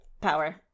power